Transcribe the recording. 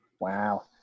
Wow